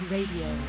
Radio